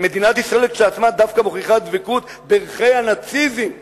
"מדינת ישראל כשלעצמה דווקא מוכיחה דבקות בערכי הנאציזם";